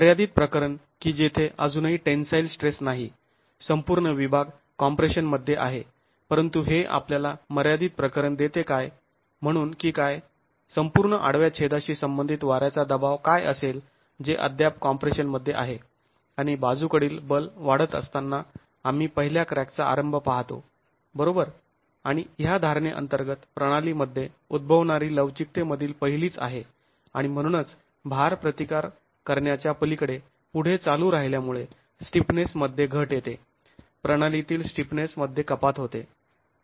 मर्यादित प्रकरण की जेथे अजूनही टेंन्साईल स्ट्रेस नाही संपूर्ण विभाग कॉम्प्रेशन मध्ये आहे परंतु हे आपल्याला मर्यादित प्रकरण देते काय म्हणून की संपूर्ण आडव्या छेदाशी संबंधित वाऱ्याचा दबाव काय असेल जे अद्याप कॉम्प्रेशनमध्ये आहे आणि बाजूकडील बल वाढत असताना आम्ही पहिल्या क्रॅकचा आरंभ पाहतो बरोबर आणि ह्या धारणे अंतर्गत प्रणालीमध्ये उद्भवणारी लवचिकते मधील पहिलीच आहे आणि म्हणूनच भार प्रतिकार करण्याच्या पलीकडे पुढे चालू राहिल्यामुळे स्टिफनेस मध्ये घट येते प्रणालीतील स्टिफनेस मध्ये कपात होते